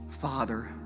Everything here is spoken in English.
Father